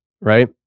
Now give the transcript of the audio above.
right